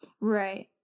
Right